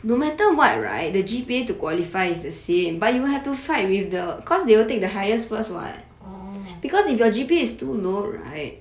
orh